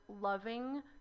loving